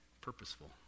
purposeful